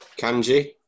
Kanji